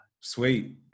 sweet